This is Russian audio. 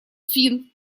фин